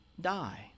die